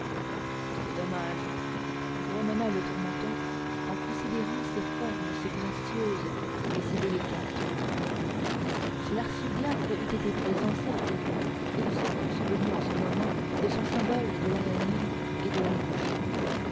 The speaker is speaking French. c'est dommage grommela le tourmenteur en considérant ces formes si gracieuses et si délicates si l'archidiacre eût été présent certes il se fût souvenu en ce moment de son symbole de l'araignée et de la mouche